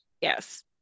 Yes